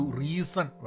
reason